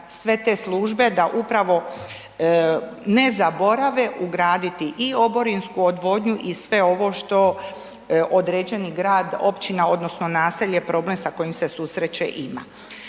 sve te službe da upravo ne zaborave ugraditi i oborinsku odvodnju i sve ovo što određeni grad, općina, odnosno naselje, problem sa kojim se susreće, ima.